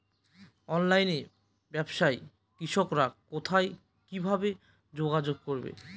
অনলাইনে ব্যবসায় কৃষকরা কোথায় কিভাবে যোগাযোগ করবে?